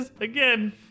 Again